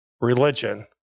religion